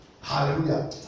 Hallelujah